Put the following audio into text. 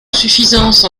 suffisance